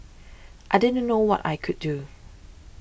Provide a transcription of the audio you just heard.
I didn't know what I could do